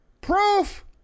proof